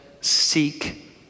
seek